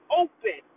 open